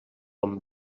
amb